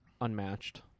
unmatched